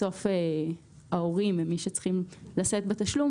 בסוף ההורים הם אלה שצריכים לשאת בתשלום